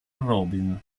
robin